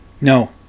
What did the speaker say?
No